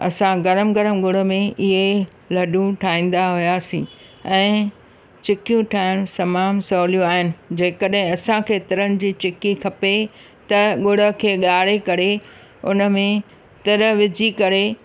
असां गरमु गरमु गुड़ में इएं लॾूं ठाहींदा हुआसीं ऐं चिकियूं ठाहिणु तमामु सवलियूं आहिनि जेकॾहिं असां केतिरनि जी चिकी खपे त गुड़ खे ॻारे करे उन में तिर विझी करे